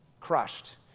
crushed